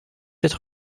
être